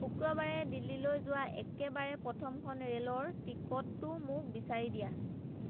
শুক্ৰবাৰে দিল্লীলৈ যোৱা একেবাৰে প্ৰথমখন ৰে'লৰ টিকটটো মোক বিচাৰি দিয়া